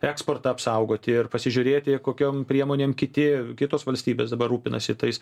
eksportą apsaugoti ir pasižiūrėti kokiom priemonėm kiti kitos valstybės dabar rūpinasi tais